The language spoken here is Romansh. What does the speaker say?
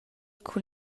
cun